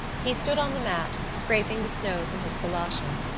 he stood on the mat, scraping the snow from his goloshes,